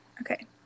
okay